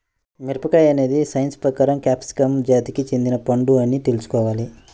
మిరపకాయ అనేది సైన్స్ ప్రకారం క్యాప్సికమ్ జాతికి చెందిన పండు అని తెల్సుకోవాలి